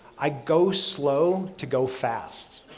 i go slow to go fast.